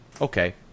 okay